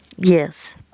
Yes